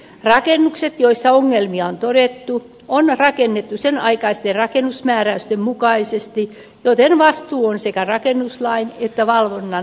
rakennukset joissa ongelmia on todettu on rakennettu senaikaisten rakennusmääräysten mukaisesti joten asia on sekä rakennuslain että valvonnan vastuulla